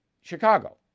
Chicago